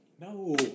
No